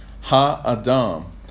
Ha'adam